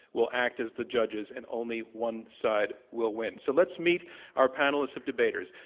will act as the judges. and only one side will win. so let's meet our panelist of debaters.